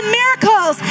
miracles